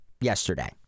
yesterday